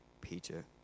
Peter